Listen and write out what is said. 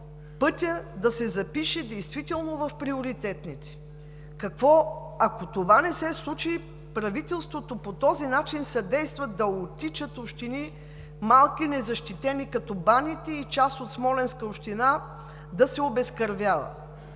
пътят да се запише действително в приоритетните. Ако това не се случи, правителството по този начин съдейства да оттичат общини – малки, незащитени, като Баните, и част от Смолянска община да се обезкървява.